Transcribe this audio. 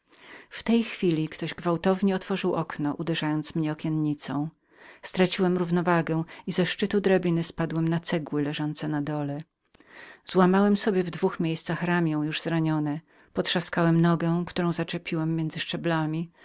w tej chwili jakiś człowiek gwałtownie uderzył mnie okiennicą straciłem równowagę i ze szczytu drabiny spadłem na cegły leżące na dole złamałem sobie w dwóch miejscach ramię już zranione potrzaskałem nogę którą zaczepiłem między szczeblami drugą wywichnąłem